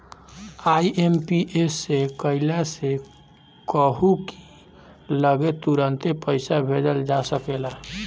IMPS से कइला से कहू की लगे तुरंते पईसा भेजल जा सकेला